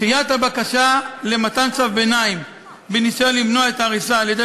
דחיית הבקשה למתן צו ביניים בניסיון למנוע את ההריסה על-ידי